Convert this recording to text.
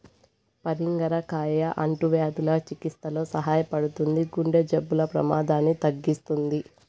పరింగర కాయ అంటువ్యాధుల చికిత్సలో సహాయపడుతుంది, గుండె జబ్బుల ప్రమాదాన్ని తగ్గిస్తుంది